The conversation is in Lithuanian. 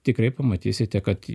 tikrai pamatysite kad